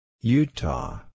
Utah